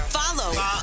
follow